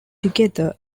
together